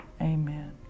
Amen